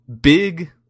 big